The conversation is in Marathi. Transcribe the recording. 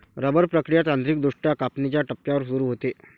रबर प्रक्रिया तांत्रिकदृष्ट्या कापणीच्या टप्प्यावर सुरू होते